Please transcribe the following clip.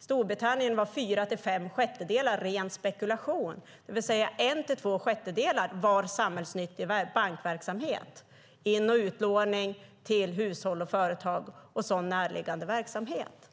I Storbritannien var fyra till fem sjättedelar ren spekulation, det vill säga en till två sjättedelar var samhällsnyttig bankverksamhet: in och utlåning till hushåll och företag och närliggande verksamhet.